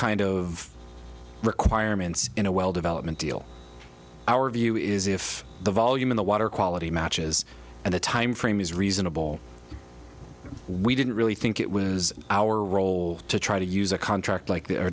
kind of requirements in a well development deal our view is if the volume in the water quality matches and the time frame is reasonable we didn't really think it was our role to try to use a contract like the